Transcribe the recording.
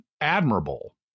admirable